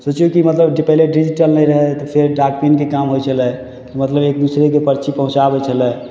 सोचियौ कि मतलब कि पहिले डिजिटल नहि रहय तऽ फेर डाक पिनके काम होइ छलै मतलब एक दुसराके पर्ची पहुँचा अबय छलै